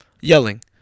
Yelling